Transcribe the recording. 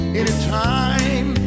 anytime